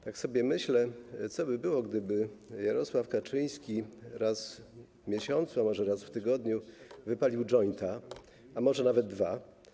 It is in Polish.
Tak sobie myślę, co by było, gdyby Jarosław Kaczyński raz w miesiącu, a może raz w tygodniu wypalił jointa, a może nawet dwa.